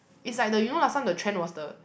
it's like the you know last time the trend was the